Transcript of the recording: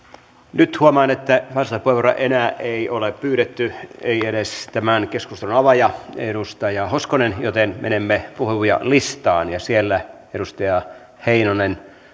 nyt huomaan että vastauspuheenvuoroja enää ei ole pyydetty ei edes tämän keskustelun avaaja edustaja hoskonen joten menemme puhujalistaan ja siellä edustaja heinonen